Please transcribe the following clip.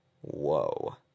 Whoa